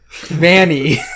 Vanny